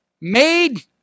made